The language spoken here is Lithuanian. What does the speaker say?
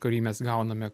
kurį mes gauname